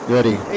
Ready